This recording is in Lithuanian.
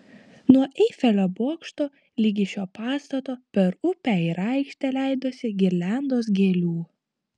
nuo eifelio bokšto ligi šio pastato per upę ir aikštę leidosi girliandos gėlių